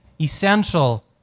essential